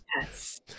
Yes